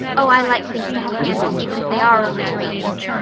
oh, i like things to have handles even if they are only geraniums.